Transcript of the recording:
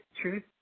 truth